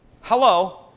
Hello